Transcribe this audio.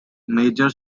major